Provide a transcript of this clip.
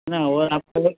है ना और आपको